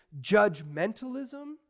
judgmentalism